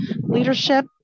leadership